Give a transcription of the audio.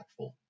impactful